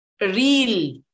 real